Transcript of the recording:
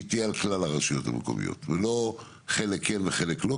היא תהיה על כלל הרשויות המקומיות ולא חלק כן וחלק לא,